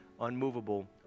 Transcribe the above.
unmovable